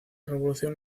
revolución